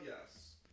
yes